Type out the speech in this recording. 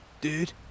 dude